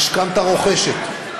משכנתה רוכשת,